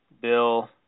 Bill